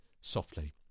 softly